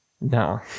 No